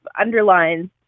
underlines